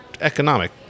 economic